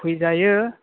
फैजायो